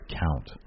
count